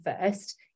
first